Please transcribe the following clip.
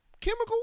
Chemical